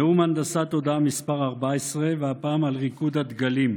נאום הנדסת תודעה מס' 14, והפעם על ריקוד הדגלים.